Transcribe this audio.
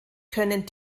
können